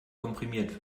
komprimiert